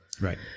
Right